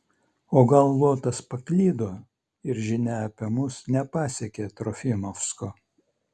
o gal luotas paklydo ir žinia apie mus nepasiekė trofimovsko